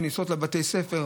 כניסות לבתי ספר,